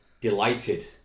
delighted